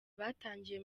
batangiye